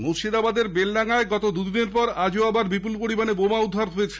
মুর্শিদাবাদের বেলডাঙ্গায় গত দুদিনের পর আজও আবার বিপুল পরিমাণে বোমা উদ্ধার হয়েছে